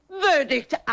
Verdict